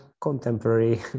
contemporary